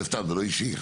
סתם, זה לא אישי.